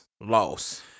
Loss